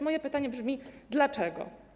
Moje pytanie brzmi: Dlaczego?